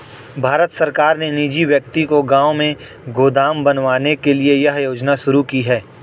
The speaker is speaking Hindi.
भारत सरकार ने निजी व्यक्ति को गांव में गोदाम बनवाने के लिए यह योजना शुरू की है